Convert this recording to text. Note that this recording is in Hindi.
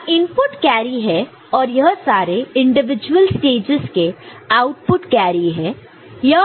यहां इनपुट कैरी है और यह सारे इंडिविजुअल स्टेजस के आउटपुट कैरी है